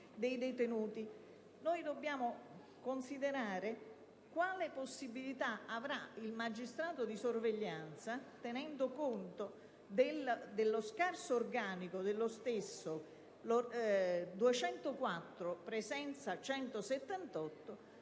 Noi dobbiamo considerare quale possibilità avrà la magistratura di sorveglianza, tenendo conto dello scarso organico della stessa (204: presenza 178)